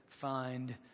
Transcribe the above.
find